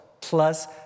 plus